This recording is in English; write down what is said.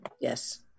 Yes